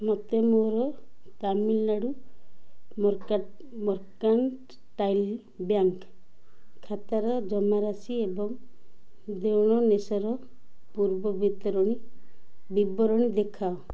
ମୋତେ ମୋର Tamil Nadu mercantile bank ଖାତାର ଜମାରାଶି ଏବଂ ଦେଣନେଣର ପୂର୍ବବିବରଣୀ ଦେଖାଅ